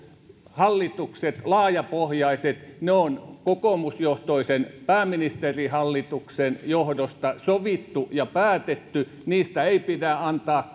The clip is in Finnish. laajapohjaisia hallituksia ne on kokoomusjohtoisen pääministerihallituksen johdosta sovittu ja päätetty niistä ei pidä antaa